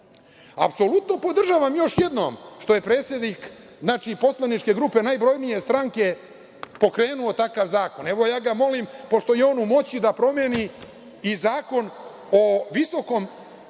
moguće? Apsolutno podržavam još jednom što je predsednik poslaničke grupe najbrojnije stranke pokrenuo takav zahtev. Evo, ja ga molim pošto je on u moći da promeni i Zakon o VSS,